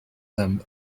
them